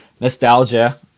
nostalgia